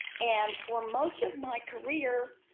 and for most of my career,